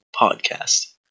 podcast